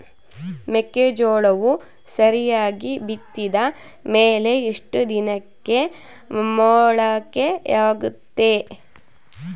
ಮೆಕ್ಕೆಜೋಳವು ಸರಿಯಾಗಿ ಬಿತ್ತಿದ ಮೇಲೆ ಎಷ್ಟು ದಿನಕ್ಕೆ ಮೊಳಕೆಯಾಗುತ್ತೆ?